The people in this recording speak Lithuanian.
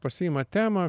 pasiima temą